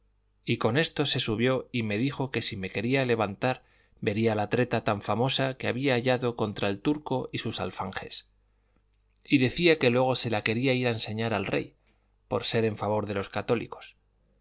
y con esto se subió y me dijo que si me quería levantar vería la treta tan famosa que había hallado contra el turco y sus alfanjes y decía que luego se la quería ir a enseñar al rey por ser en favor de los católicos